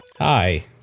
Hi